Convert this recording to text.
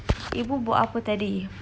ibu buat apa tadi